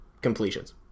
completions